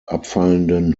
abfallenden